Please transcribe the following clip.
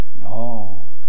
No